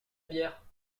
bière